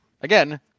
again